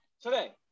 Today